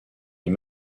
les